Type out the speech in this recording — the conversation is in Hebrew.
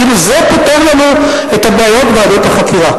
כאילו זה פותר לנו את הבעיות, ועדות החקירה.